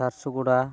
ᱥᱟᱨᱥᱩ ᱜᱚᱰᱟ